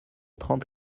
trente